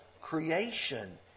creation